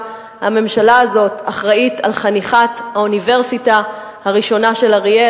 הממשלה הזאת גם אחראית לחנוכת האוניברסיטה הראשונה של אריאל,